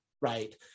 right